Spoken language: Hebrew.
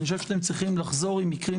אני חושב שאתם צריכים לחזור עם מקרים